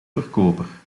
verkoper